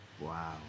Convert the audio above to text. Wow